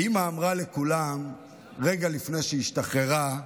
האימא אמרה לכולם רגע לפני שהשתחררה,